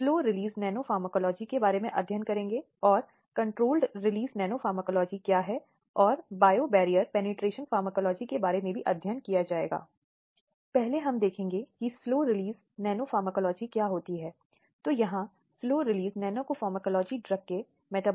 अब बलात्कार के अपराध की बात करते हुए यह मूल रूप से एक अधिनियम है जो महिला की सहमति के खिलाफ है इसलिए सहमति एक बहुत ही महत्वपूर्ण पहलू है और यह बलात्कार कानूनों के मूल या केंद्र में निहित है